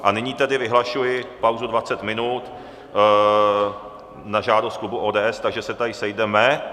A nyní tedy vyhlašuji pauzu dvacet minut na žádost klubu ODS, takže se tady sejdeme.